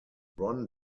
ron